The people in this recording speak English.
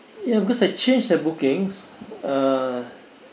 ya because I change the bookings uh